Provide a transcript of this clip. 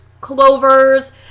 clovers